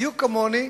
בדיוק כמוני,